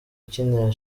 ukinira